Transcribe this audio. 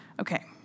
Okay